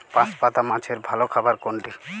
বাঁশপাতা মাছের ভালো খাবার কোনটি?